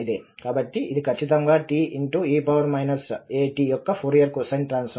కాబట్టి ఇది ఖచ్చితంగా te at యొక్క ఫోరియర్ కొసైన్ ట్రాన్సఫార్మ్